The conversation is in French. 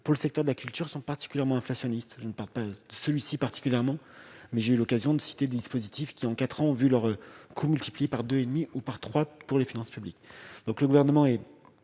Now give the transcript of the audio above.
pour le secteur de la culture sont particulièrement inflationniste, d'une part celui-ci particulièrement mais j'ai eu l'occasion de citer, dispositif qui ont 4 ans vu leur coût multiplie par 2 et demi ou par 3, pour les finances publiques, donc le gouvernement est